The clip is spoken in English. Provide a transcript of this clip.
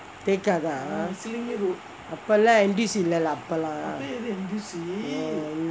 tekka தான் அப்பலாம்:thaan appalaam not இல்லே:illae lah அப்பெல்லாம்:appalaam